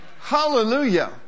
Hallelujah